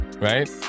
right